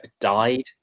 died